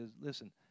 listen